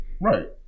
Right